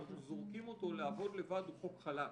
אנחנו זורקים אותו לעבוד לבד הוא חוק חלש.